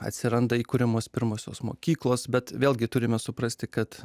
atsiranda įkuriamos pirmosios mokyklos bet vėlgi turime suprasti kad